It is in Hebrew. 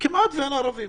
כמעט אין ערבים.